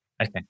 Okay